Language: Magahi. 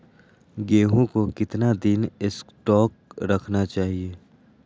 गेंहू को कितना दिन स्टोक रखना चाइए?